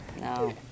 No